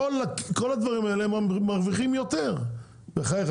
כל הדברים מרוויחים יותר, בחייך.